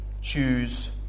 choose